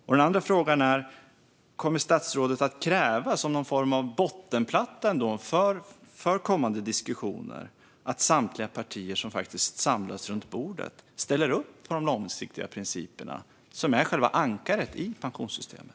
Min andra fråga är: Kommer statsrådet att kräva, som en form av bottenplatta för kommande diskussioner, att samtliga partier som samlas runt bordet ställer upp på de långsiktiga principerna, som är själva ankaret i pensionssystemet?